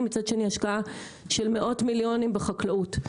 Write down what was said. ומצד שני על השקעה של מאות מיליונים בחקלאות.